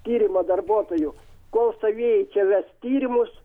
tyrimo darbuotojų kol savieji čia ves tyrimus